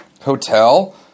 hotel